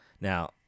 now